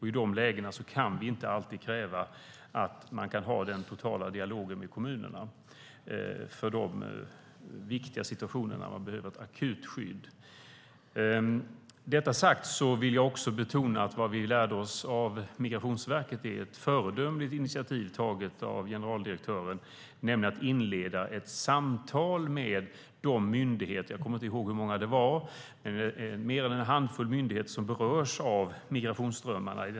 I dessa lägen, när det behövs ett akut skydd, kan vi inte alltid kräva att Migrationsverket ska föra en dialog lokalt med kommunerna. Med detta sagt vill jag betona det föredömliga initiativ som generaldirektören på Migrationsverket har tagit, nämligen att inleda ett samtal med de myndigheter som berörs av migrationsströmmarna.